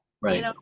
Right